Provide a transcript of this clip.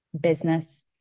business